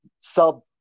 sub